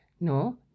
no